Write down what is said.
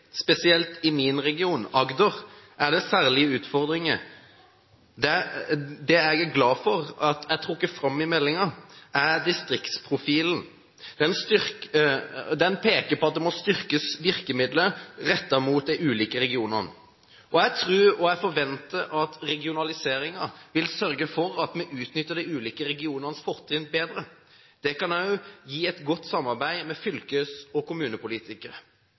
Spesielt i min region, Agder, er det særlige utfordringer. Det som jeg er glad for er trukket fram i meldingen, er distriktsprofilen. Den peker på at virkemidlene som er rettet mot de ulike regionene, må styrkes. Jeg forventer at regionaliseringen vil sørge for at vi utnytter de ulike regionenes fortrinn bedre. Det kan også gi et godt samarbeid med fylkes- og kommunepolitikere.